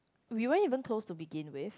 we won't even close to begin with